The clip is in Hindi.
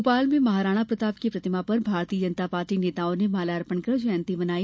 भोपाल में महाराणा प्रताप की प्रतिमा पर भारतीय जनता पार्टी नेताओं ने माल्यार्पण कर जंयती मनाई